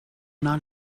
not